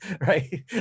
right